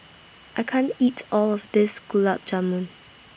I can't eat All of This Gulab Jamun